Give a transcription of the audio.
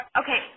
okay